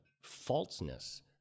falseness